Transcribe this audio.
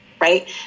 right